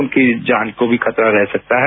उनकी जान को भी खतरा रह सकता है